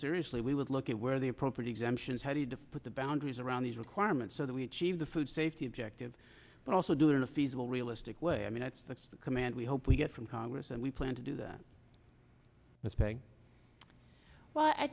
seriously we would look at where the appropriate exemptions how do you define what the boundaries around these requirements so that we have the food safety objective but also do it in a feasible realistic way i mean that's that's the command we hope we get from congress and we plan to do that